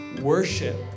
worship